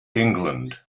england